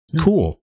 cool